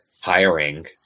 hiring